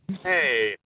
Hey